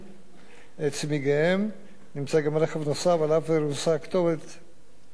נמצא גם רכב נוסף שעליו רוססה הכתובת "לסדר את האולפנה".